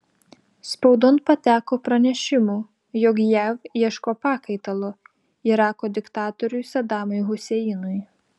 spaudon pateko pranešimų jog jav ieško pakaitalo irako diktatoriui sadamui huseinui